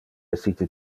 essite